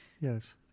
Yes